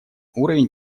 уровень